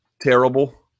terrible